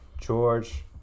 George